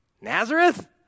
Nazareth